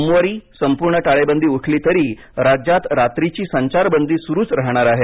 सोमवारी संपूर्ण टाळेबंदी उठली तरी राज्यात रात्रीची संचारबंदी सुरूच राहणार आहे